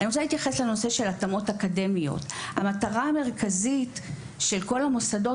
אני רוצה לדבר על התאמות אקדמיות: המטרה המרכזית של כל המוסדות